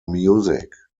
music